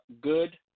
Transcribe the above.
good